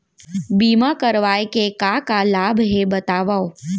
बीमा करवाय के का का लाभ हे बतावव?